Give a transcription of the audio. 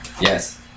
Yes